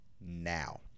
now